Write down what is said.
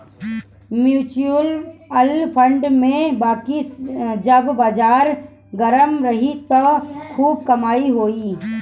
mutual fund में बाकी जब बाजार गरम रही त खूब कमाई होई